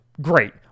great